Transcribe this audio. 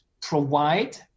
provide